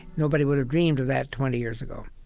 nobody would have dreamed of that twenty years ago